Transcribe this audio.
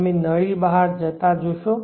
તમે નળી બહાર જતા જોશો